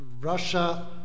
Russia